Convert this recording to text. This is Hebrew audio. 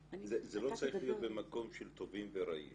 זה לא צריך להיות במקום של טובים ורעים.